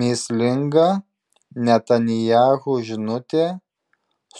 mįslinga netanyahu žinutė